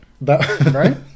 Right